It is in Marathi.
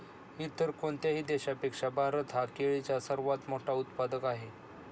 इतर कोणत्याही देशापेक्षा भारत हा केळीचा सर्वात मोठा उत्पादक आहे